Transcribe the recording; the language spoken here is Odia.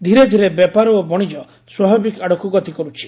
ଧୀରେ ଧୀରେ ବେପାର ଓ ବଶିଜ ସ୍ୱାଭାବିକ ଆଡକୁ ଗତି କରୁଛି